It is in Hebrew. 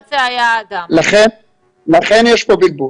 כאן בלבול.